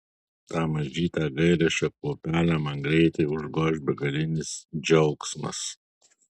tą mažytę gailesčio kruopelę man greitai užgoš begalinis džiaugsmas